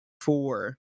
four